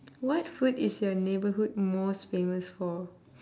what food is your neighbourhood most famous for